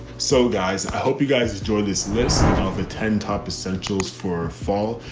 so guys, i hope you guys enjoy this list of the ten top essentials for fall.